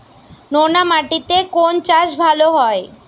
নোনা মাটিতে কোন চাষ ভালো হয়?